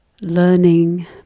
learning